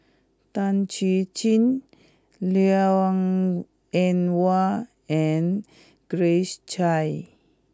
Tan Chuan Jin Liang Eng Hwa and Grace Chia